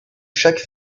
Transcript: chaque